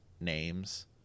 names